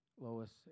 Lois